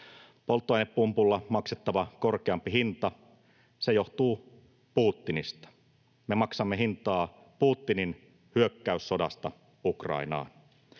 Polttoainepumpulla maksettava korkeampi hinta johtuu Putinista. Me maksamme hintaa Putinin hyökkäyssodasta Ukrainaan.